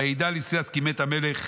וידע ליסיאס כי מת המלך,